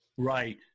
Right